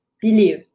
Believe